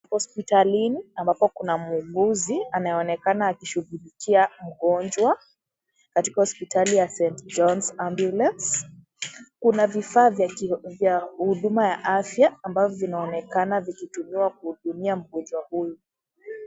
Hospitalini ambapo kuna muuguzi anayeonekana akishugulikia mgonjwa katika hospitali ya St. John's Ambulance, kuna vifaa vya huduma ya afya ambavyo vinaonekana vikitumiwa kuhudumia mgonjwa huyu.